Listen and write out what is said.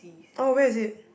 oh where is it